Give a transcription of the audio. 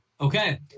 Okay